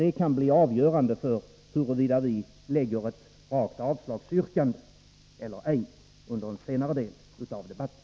Det kan bli avgörande för huruvida vi lägger fram ett rakt avslagsyrkande eller ej under en senare del av debatten.